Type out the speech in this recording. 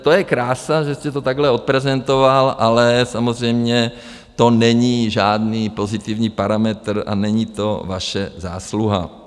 To je krása, že jste to takhle odprezentoval, ale samozřejmě to není žádný pozitivní parametr a není to vaše zásluha.